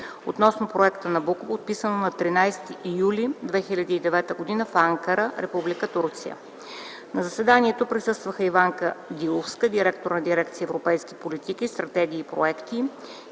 относно Проекта „Набуко”, подписано на 13 юли 2009 г. в Анкара, Република Турция. На заседанието присъстваха: Иванка Диловска – директор на Дирекция „Европейски политики, стратегии и проекти”,